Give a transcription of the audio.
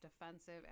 defensive